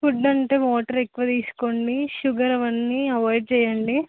food అంటే water ఎక్కువ తీసుకోండి షుగర్ అవన్నీ అవాయిడ్ చేయండి